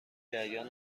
جریان